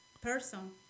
person